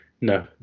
No